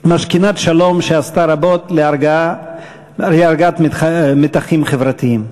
משכינת שלום שעשתה רבות להרגעת מתחים חברתיים.